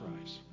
price